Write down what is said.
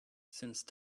since